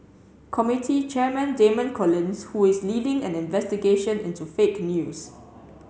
committee chairman Damian Collins who is leading an investigation into fake news